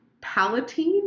palatine